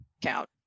count